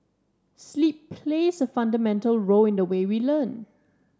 sleep plays a fundamental role in the way we learn